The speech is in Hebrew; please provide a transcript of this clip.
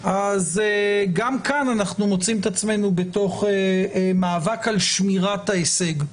אז גם כאן אנחנו מוצאים את עצמנו בתוך מאבק על שמירת ההישג.